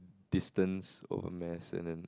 distance over mass and then